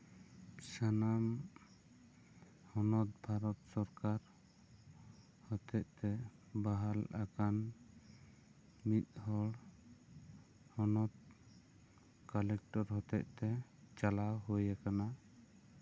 ᱥᱟᱱᱟᱢ ᱦᱚᱱᱚᱛ ᱵᱷᱟᱨᱚᱛ ᱥᱚᱨᱠᱟᱨ ᱦᱚᱛᱮᱡᱛᱮ ᱵᱟᱦᱟᱞ ᱟᱠᱟᱱ ᱢᱤᱫᱦᱚᱲ ᱦᱚᱱᱚᱛ ᱠᱟᱞᱮᱠᱴᱚᱨ ᱦᱚᱛᱮᱡ ᱛᱮ ᱪᱟᱞᱟᱣ ᱦᱳᱭ ᱠᱟᱱᱟ